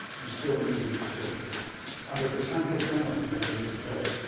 you still need to report it under potential penalty under this bill.